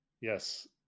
yes